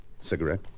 Cigarette